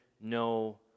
no